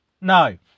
no